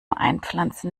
einpflanzen